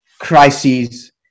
crises